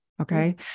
Okay